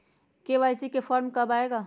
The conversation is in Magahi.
के.वाई.सी फॉर्म कब आए गा?